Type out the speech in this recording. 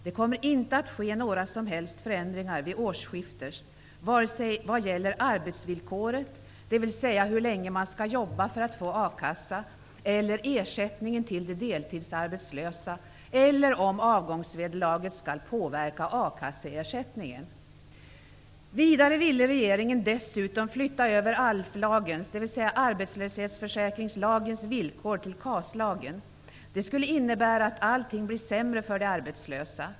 Det kommer inte att ske några som helst förändringar vid årsskiftet, vare sig vad gäller arbetsvillkoret -- dvs. hur länge man skall jobba för att få a-kassa -- eller ersättningen till de deltidsarbetslösa eller om avgångsvederlaget skall påverka a-kasseersättningen. Vidare ville regeringen dessutom flytta över arbetslöshetsförsäkringslagens villkor till KAS lagen. Det skulle innebära att allting blir sämre för de arbetslösa.